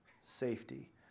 safety